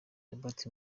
robert